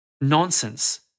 Nonsense